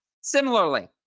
Similarly